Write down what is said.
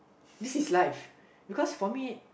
this is life because for me